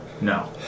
No